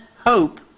hope